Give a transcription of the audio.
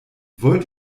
wollt